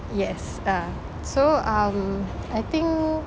yes dah so um I think